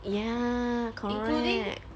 ya correct